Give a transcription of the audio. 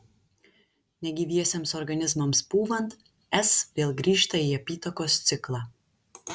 negyviesiems organizmams pūvant s vėl grįžta į apytakos ciklą